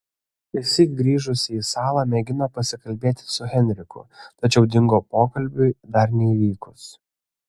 išsyk grįžusi į salą mėgino pasikalbėti su henriku tačiau dingo pokalbiui dar neįvykus